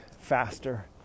faster